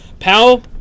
Powell